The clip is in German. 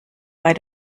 bei